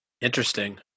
Interesting